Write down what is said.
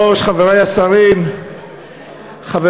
חברי חברי הכנסת,